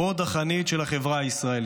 חוד החנית של החברה הישראלית,